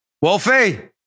Wolfie